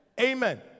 Amen